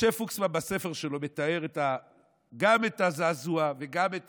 משה פוקסמן בספר שלו מתאר גם את הזעזוע וגם את